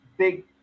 Big